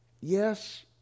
Yes